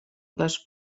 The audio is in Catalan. les